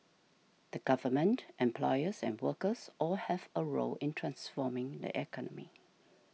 the Government employers and workers all have a role in transforming the economy